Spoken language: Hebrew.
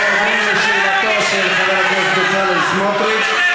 אנחנו עוברים לשאלתו של חבר הכנסת בצלאל סמוטריץ,